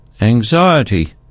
anxiety